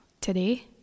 today